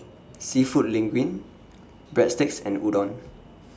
Seafood Linguine Breadsticks and Udon